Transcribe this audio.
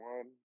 One